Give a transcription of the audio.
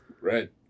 Right